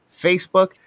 facebook